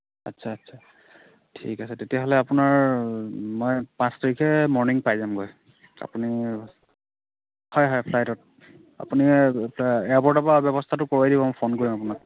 আচ্ছ আচ্ছা ঠিক আছে তেতিয়াহ'লে আপোনাৰ মই পাঁচ তাৰিখে মৰ্ণিং পাই যামগৈ আপুনি হয় হয় ফ্লাইটত আপুনি তা এয়াৰপ'ৰ্টৰ পৰা ব্যৱস্থাটো কৰি দিব মই ফোন কৰিম আপোনাক